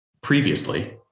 Previously